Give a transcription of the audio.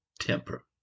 temper